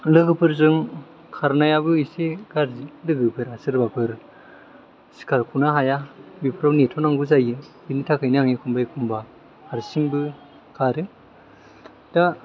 लोगोफोरजों खारनायाबो एसे गाज्रि लोगोफोरा सोरबाफोर सिखारख'नो होया बेफ्राव नेथ'नांगौ जायो बेनि थाखायनो आं एखमबा एखमबा हारसिंबो खारो दा